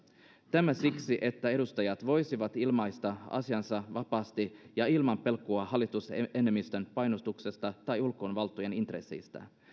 tämä siksi että edustajat voisivat ilmaista asiansa vapaasti ja ilman pelkoa hallitusenemmistön painostuksesta tai ulkovaltojen intresseistä